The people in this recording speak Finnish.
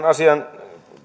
asian